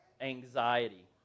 anxiety